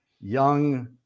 young